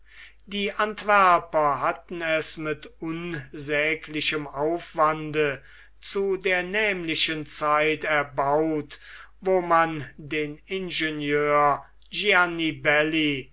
die antwerper hatten es mit unsäglichem aufwande zu der nämlichen zeit erbaut wo man den ingenieur